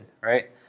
right